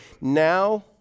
Now